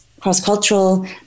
cross-cultural